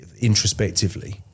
introspectively